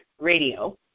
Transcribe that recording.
radio